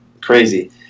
crazy